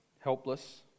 helpless